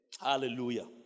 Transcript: Hallelujah